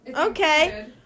okay